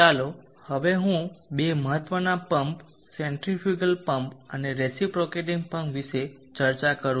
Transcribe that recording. ચાલો હવે હું બે મહત્વના પમ્પ સેન્ટ્રીફ્યુગલ પંપ અને રેસીપ્રોકેટીગ પમ્પ વિશે ચર્ચા કરું